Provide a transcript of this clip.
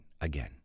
again